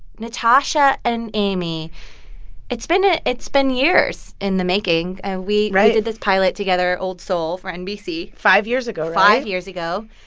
natasha and amy it's been a it's been years in the making. and we. right. did this pilot together, old soul for nbc five years ago, right? five years ago.